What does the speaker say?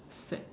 sad